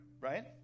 Right